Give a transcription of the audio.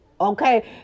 okay